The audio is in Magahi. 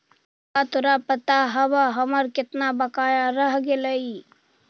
का तोरा पता हवअ हमर केतना बकाया रह गेलइ